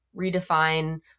redefine